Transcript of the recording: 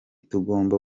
tugomba